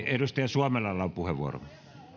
edustaja suomelalla on puheenvuoro